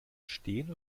stehen